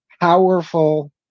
powerful